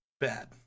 bad